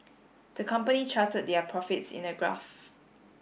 the company charted their profits in a graph